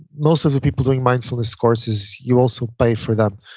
most of the people doing mindfulness courses, you also pay for them,